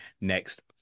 next